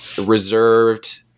reserved